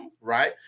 right